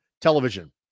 television